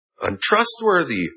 untrustworthy